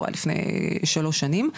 הוא לפני שלוש שנים,